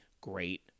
great